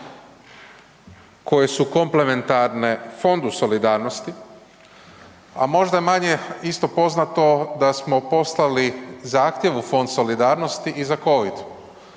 koje su komplementarne Fondu solidarnosti, a možda manje isto poznato da smo poslali zahtjev u Fond solidarnosti i za covid.